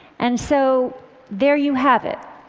and so there you have it.